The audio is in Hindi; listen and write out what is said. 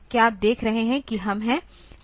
क्या आप देख रहे हैं कि हम हैं